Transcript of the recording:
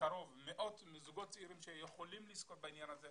מאות זוגות צעירים שיכולים לזכות בהן,